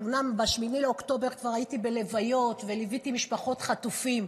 אומנם ב-8 באוקטובר כבר הייתי בלוויות וליוויתי משפחות חטופים,